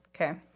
okay